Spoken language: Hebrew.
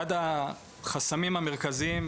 אחד החסמים המרכזיים,